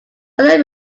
other